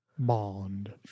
Bond